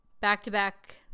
back-to-back